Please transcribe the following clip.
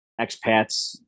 expats